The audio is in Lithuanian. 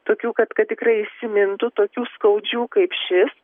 tokių kad kad tikrai įsimintų tokių skaudžių kaip šis